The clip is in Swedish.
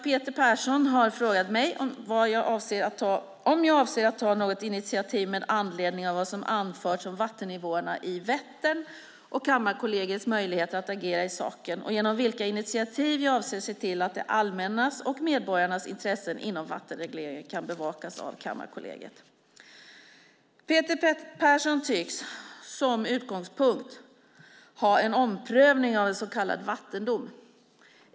Peter Persson har frågat mig om jag avser att ta något initiativ med anledning av vad som anförts om vattennivåerna i Vättern och Kammarkollegiets möjligheter att agera i saken och genom vilka initiativ jag avser att se till att det allmännas och medborgarnas intressen inom vattenregleringen kan bevakas av Kammarkollegiet. Peter Persson tycks som utgångspunkt ha en omprövning av en så kallad vattendom.